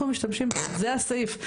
אנחנו משתמשים זה הסעיף,